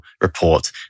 report